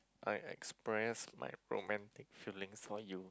I express my romantic feelings for you